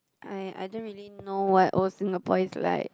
I I don't really know what old Singapore is like